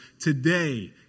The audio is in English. Today